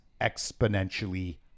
exponentially